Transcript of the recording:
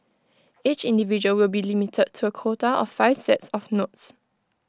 each individual will be limited to A quota of five sets of notes